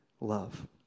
love